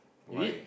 you eat